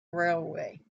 railway